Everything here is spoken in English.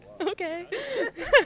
okay